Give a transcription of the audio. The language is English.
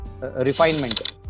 refinement